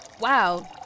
wow